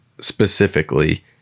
specifically